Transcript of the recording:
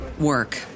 work